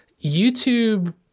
YouTube